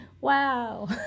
wow